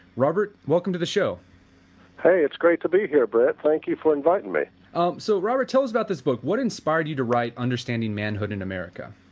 robert welcome to the show hey it's great to be here brett thank you for inviting me um so robert tell us about this book what inspired you to write understanding manhood in america?